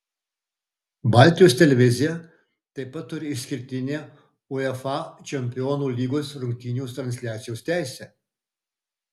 baltijos televizija taip pat turi išskirtinę uefa čempionų lygos rungtynių transliacijos teisę